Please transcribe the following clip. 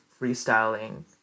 freestyling